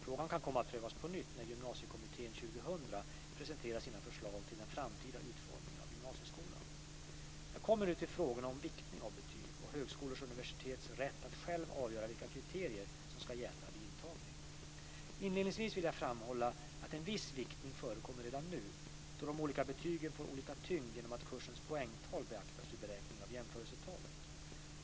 Frågan kan komma att prövas på nytt när Gymnasiekommittén 2000 presenterar sina förslag till den framtida utformningen av gymnasieskolan. Jag kommer nu till frågorna om viktning av betyg och högskolors och universitets rätt att själva avgöra vilka kriterier som ska gälla vid intagning. Inledningsvis vill jag framhålla att en viss viktning förekommer redan nu då de olika betygen får olika tyngd genom att kursens poängtal beaktas vid beräkningen av jämförelsetalet.